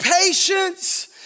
patience